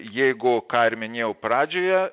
jeigu ką ir minėjau pradžioje